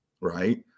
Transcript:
right